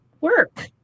work